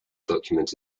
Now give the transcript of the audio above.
document